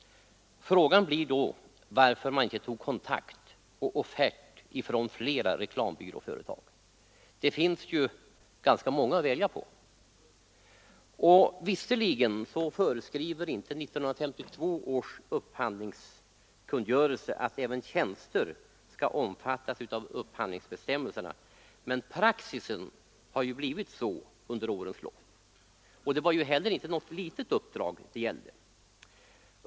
Frågan blir då varför departementet inte tog kontakt med och begärde offert från andra reklambyråer. Det finns ganska många att välja på. Visserligen föreskriver inte 1952 års upphandlingskungörelse att även tjänster skall omfattas av upphandlingsbestämmelserna, men praxis har blivit sådan under årens lopp. Det var inte heller något litet uppdrag det gällde.